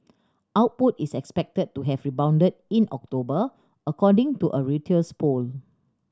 output is expected to have rebounded in October according to a Reuters poll